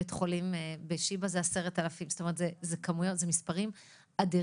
בית חולים בשיבא זה 10,000. זאת אומרת: אלה מספרים אדירים,